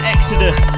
Exodus